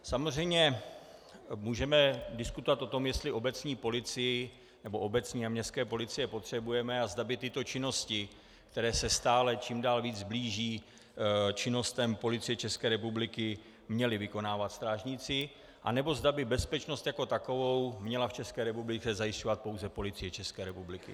Samozřejmě můžeme diskutovat o tom, jestli obecní a městské policie potřebujeme a zda by tyto činnosti, které se stále čím dál víc blíží činnostem Policie České republiky, měli vykonávat strážníci, anebo zda by bezpečnost jako takovou měla v České republice zajišťovat pouze Policie České republiky.